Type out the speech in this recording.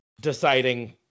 deciding